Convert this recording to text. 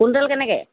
quintal কেনেকৈ